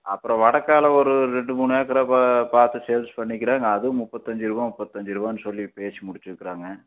அப்புறம் வடக்கால் ஒரு ரெண்டு மூணு ஏக்கரை பா பார்த்து சேல்ஸ் பண்ணியிருக்கறாங்க அதுவும் முப்பத்தஞ்சு ரூபா முப்பத்தஞ்சு ரூபானு சொல்லி பேசி முடிச்சுருக்கறாங்க